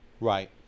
Right